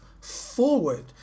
forward